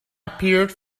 appeared